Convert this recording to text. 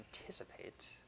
anticipate